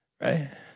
Right